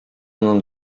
mną